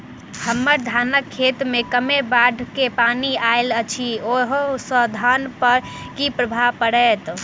हम्मर धानक खेत मे कमे बाढ़ केँ पानि आइल अछि, ओय सँ धान पर की प्रभाव पड़तै?